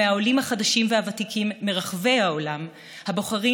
ומהעולים החדשים והוותיקים מרחבי העולם הבוחרים